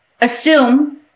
assume